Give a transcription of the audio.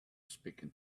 speaking